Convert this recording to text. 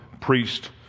priest